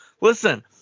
Listen